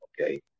Okay